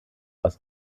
aus